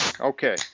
Okay